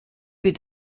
für